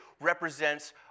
represents